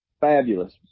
fabulous